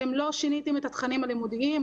אתם לא שיניתם את התכנים הלימודיים,